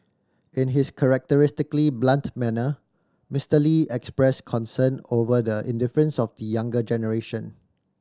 in his characteristically blunt manner Mister Lee expressed concern over the indifference of the younger generation